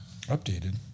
Updated